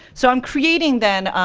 so i'm creating, then,